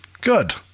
Good